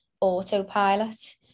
autopilot